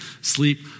sleep